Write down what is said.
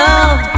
Love